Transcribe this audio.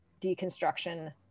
deconstruction